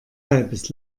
halbes